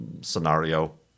scenario